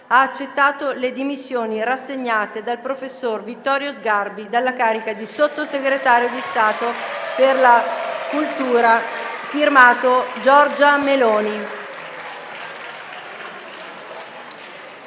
ha accettato le dimissioni rassegnate dal professor Vittorio SGARBI dalla carica di Sottosegretario di Stato per la cultura. *F.to* Giorgia Meloni».